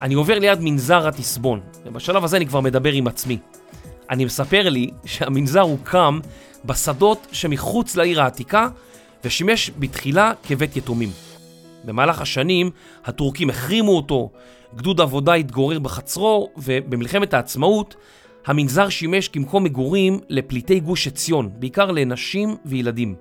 אני עובר ליד מנזר התסבון, ובשלב הזה אני כבר מדבר עם עצמי. אני מספר לי שהמנזר הוקם בשדות שמחוץ לעיר העתיקה, ושימש בתחילה כבית יתומים. במהלך השנים, הטורקים החרימו אותו, גדוד עבודה התגורר בחצרו, ובמלחמת העצמאות, המנזר שימש כמקום מגורים לפליטי גוש עציון, בעיקר לאנשים וילדים.